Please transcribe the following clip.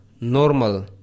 normal